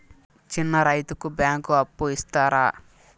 చిన్న రైతుకు బ్యాంకు అప్పు ఇస్తారా?